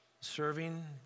serving